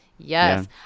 Yes